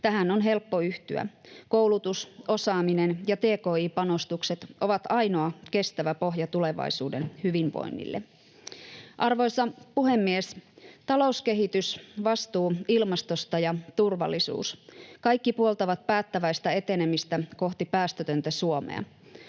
Tähän on helppo yhtyä. Koulutus, osaaminen ja tki-panostukset ovat ainoa kestävä pohja tulevaisuuden hyvinvoinnille. Arvoisa puhemies! Talouskehitys, vastuu ilmastosta ja turvallisuus, kaikki puoltavat päättäväistä etenemistä kohti päästötöntä Suomea.